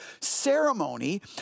ceremony